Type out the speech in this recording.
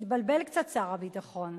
התבלבל קצת, שר הביטחון.